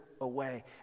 away